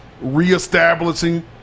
reestablishing